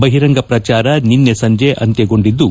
ಬಹಿರಂಗ ಪ್ರಚಾರ ನಿನ್ನೆ ಸಂಜೆ ಅಂತ್ಯಗೊಂಡಿದ್ದು